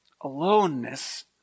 aloneness